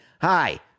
Hi